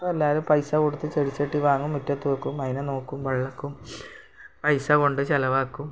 ഇപ്പോൾ എല്ലാവരും പൈസ കൊടുത്ത് ചെടിച്ചട്ടി വാങ്ങും മിറ്റത്ത് വെക്കും അതിനെ നോക്കും വെള്ളഴിക്കും പൈസ കൊണ്ട് ചിലവാക്കും